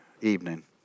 evening